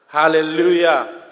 Hallelujah